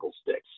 sticks